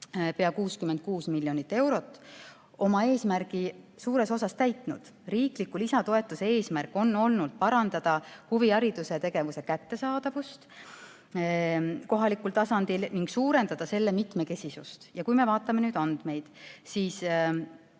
pea 66 miljonit eurot, oma eesmärgi suures osas täitnud. Riikliku lisatoetuse eesmärk on olnud parandada huvihariduse ja -tegevuse kättesaadavust kohalikul tasandil ning suurendada selle mitmekesisust. Kui me vaatame nüüd andmeid, siis